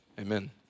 Amen